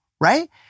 right